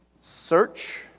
Search